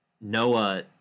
noah